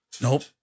Nope